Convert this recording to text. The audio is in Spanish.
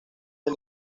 del